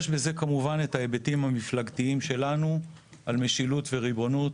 יש לזה כמובן את ההיבטים המפלגתיים שלנו על משילות וריבונות